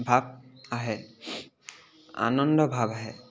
ভাৱ আহে আনন্দ ভাৱ আহে